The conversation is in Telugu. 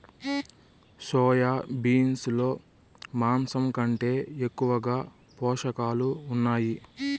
సోయా బీన్స్ లో మాంసం కంటే ఎక్కువగా పోషకాలు ఉన్నాయి